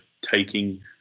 taking